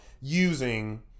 using